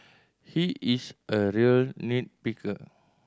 he is a real nit picker